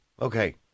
Okay